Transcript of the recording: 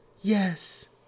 Yes